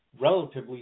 relatively